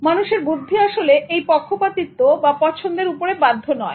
মানুষের বুদ্ধি আসলে এই পক্ষপাতিত্ব বা পছন্দ এর উপরে বাধ্য নয়